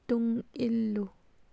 ꯇꯨꯡ ꯏꯜꯂꯨ